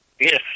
Yes